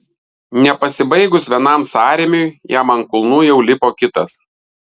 nepasibaigus vienam sąrėmiui jam ant kulnų jau lipo kitas